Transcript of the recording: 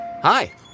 Hi